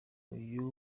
uyu